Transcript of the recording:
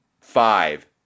five